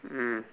mm